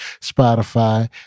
Spotify